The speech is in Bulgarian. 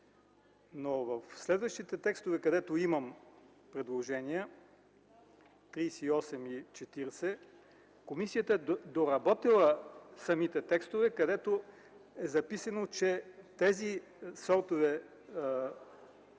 но в следващите текстове, където имам предложения – 38 и 40, комисията е доработила самите текстове, където е записано, че тези сортове